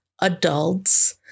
adults